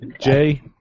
Jay